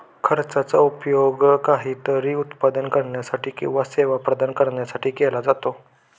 खर्चाचा उपयोग काहीतरी उत्पादन करण्यासाठी किंवा सेवा प्रदान करण्यासाठी केला जातो